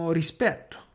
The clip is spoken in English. rispetto